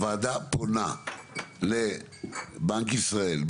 הוועדה פונה לבנק ישראל,